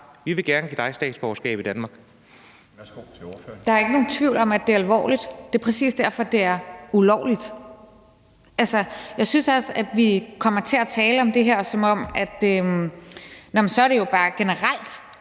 til ordføreren. Kl. 17:16 Rosa Lund (EL): Der er ikke nogen tvivl om, at det er alvorligt. Det er præcis derfor, det er ulovligt. Altså, jeg synes også, at vi kommer til at tale om det her, som om det jo bare generelt